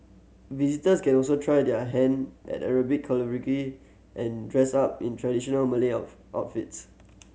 visitors can also try their hand at Arabic calligraphy and dress up in traditional Malay of outfits